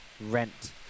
rent